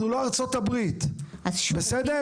אנחנו לא ארצות הברית, בסדר?